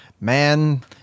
man